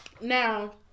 Now